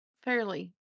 fairly